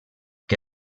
que